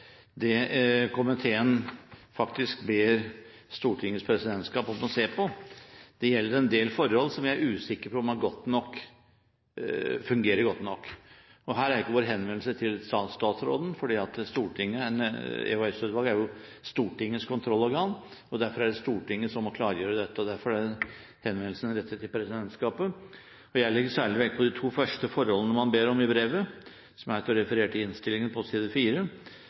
det komiteen faktisk ber Stortingets presidentskap om å se på. Det gjelder en del forhold som jeg er usikker på om fungerer godt nok. Her går ikke vår henvendelse til statsråden, fordi EOS-utvalget jo er Stortingets kontrollorgan, og derfor er det Stortinget som må klargjøre dette. Derfor er henvendelsen rettet til presidentskapet. Jeg legger særlig vekt på de to første forholdene man vil be om i brevet, som er referert til i innstillingen på side